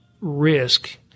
risk